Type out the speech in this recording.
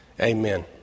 Amen